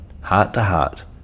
heart-to-heart